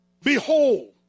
Behold